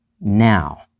now